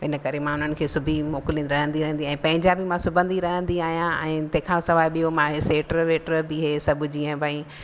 त इन करे मां उन्हनि खे सिबी मोकिलींदी रहंदी रहंदी आहियां पंहिंजा बि मां सिबंदी रहंदी आहियां ऐं तंहिंखां सवाइ ॿियों मां स्वेटर वेटर बि हे जीअं भई